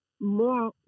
more